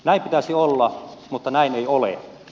näin pitäisi olla mutta näin ei ole